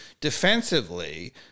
defensively